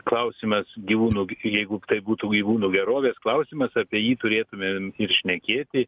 klausimas gyvūnoų ir jeigu tai būtų gyvūnų gerovės klausimas apie jį turėtumėm ir šnekėti